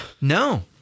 No